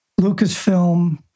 Lucasfilm